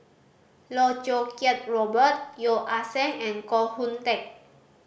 Loh Choo Kiat Robert Yeo Ah Seng and Koh Hoon Teck